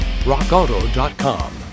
RockAuto.com